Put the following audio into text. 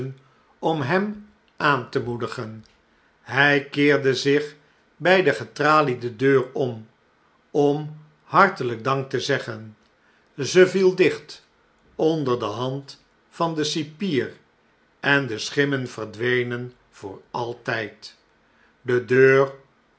om hem aan te moedigen hjj keerde zich bij de getraliede deur om om harteljjk dank te zeggen ze viel dicht onder de hand van den cipier en de schimmen verdwenen voor altgd de deur